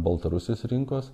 baltarusijos rinkos